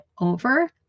over